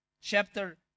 Chapter